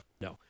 no